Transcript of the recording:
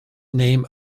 name